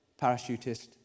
parachutist